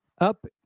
up